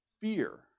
fear